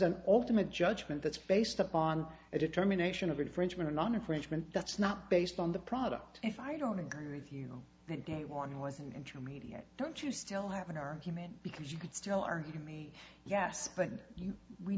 an ultimate judgment that's based upon a determination of infringement on infringement that's not based on the product if i don't agree with you that day one was an intermediate don't you still have an argument because you could still are here me yes but